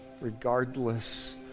regardless